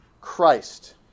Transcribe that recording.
Christ